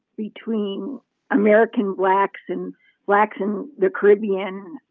between american blacks and blacks in the caribbean,